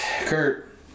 Kurt